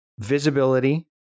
Visibility